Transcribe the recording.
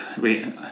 wait